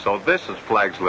so this is flags